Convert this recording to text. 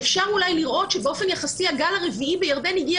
אפשר אולי לראות שבאופן יחסי הגל הרביעי בירדן הגיע